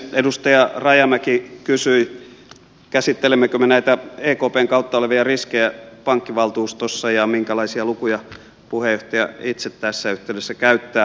edustaja rajamäki kysyi käsittelemmekö me näitä ekpn kautta olevia riskejä pankkivaltuustossa ja minkälaisia lukuja puheenjohtaja itse tässä yhteydessä käyttää